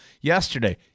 yesterday